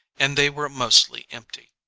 and they were mostly empty.